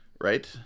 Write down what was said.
right